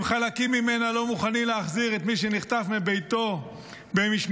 אם חלקים ממנה לא מוכנים להחזיר לארץ את מי שנחטף מביתו במשמרתם,